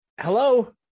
Hello